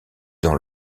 dans